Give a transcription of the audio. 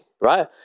right